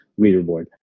leaderboard